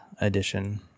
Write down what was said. edition